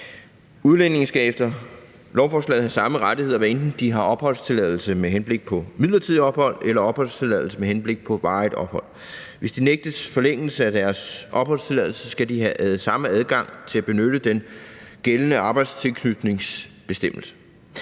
Udlændinge skal efter lovforslaget have samme rettigheder, hvad enten de har opholdstilladelse med henblik på midlertidigt ophold eller opholdstilladelse med henblik på varigt ophold. Hvis de nægtes forlængelse af deres opholdstilladelse, skal de have samme adgang til at benytte den gældende arbejdstilknytningsbestemmelse.